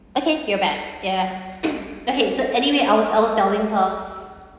okay you're back ya okay so anyway I was I was telling her